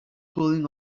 cooling